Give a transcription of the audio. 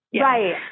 Right